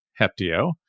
Heptio